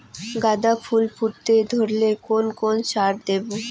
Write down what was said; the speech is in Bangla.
গাদা ফুল ফুটতে ধরলে কোন কোন সার দেব?